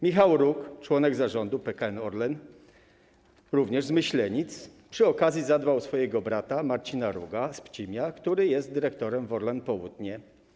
Michał Róg, członek zarządu PKN Orlen, również z Myślenic, przy okazji zadbał o swojego brata Marcina Roga z Pcimia, który jest dyrektorem w Orlen Południe.